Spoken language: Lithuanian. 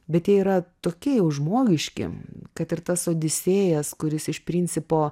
bet jie yra tokie jau žmogiški kad ir tas odisėjas kuris iš principo